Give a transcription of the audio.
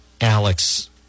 Alex